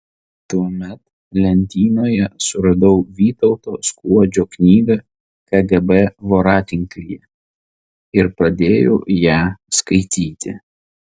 tuomet lentynoje suradau vytauto skuodžio knygą kgb voratinklyje ir pradėjau ją skaityti